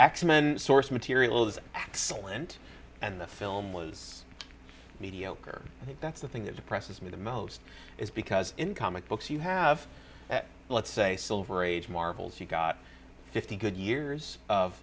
x men source material is excellent and the film was mediocre i think that's the thing that depresses me the most is because in comic books you have let's say silver age marvels you've got fifty good years of